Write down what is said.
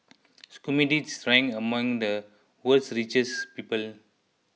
schmidts ranks among the world's richest people